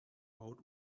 out